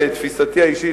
לתפיסתי האישית,